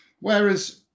Whereas